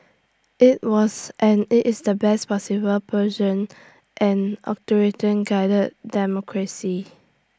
IT was and IT is the best possible version an guided democracy